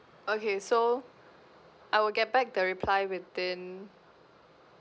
okay so I will get back the reply within